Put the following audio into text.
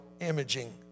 imaging